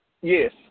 Yes